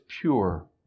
pure